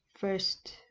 first